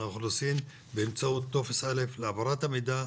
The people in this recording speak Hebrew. האוכלוסין באמצעות טופס א' להעברת המידע,